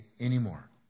anymore